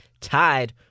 Tied